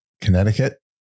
Connecticut